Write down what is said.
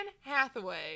Hathaway